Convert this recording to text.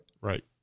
Right